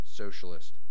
socialist